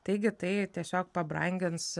taigi tai tiesiog pabrangins